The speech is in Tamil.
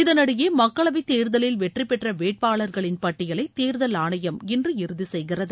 இதனிடையே மக்களவைத் தேர்தலில் வெற்றி பெற்ற வேட்பாளர்களின் பட்டியலை தேர்தல் ஆணையம் இன்று இறுதி செய்கிறது